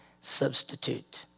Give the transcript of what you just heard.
substitute